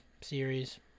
series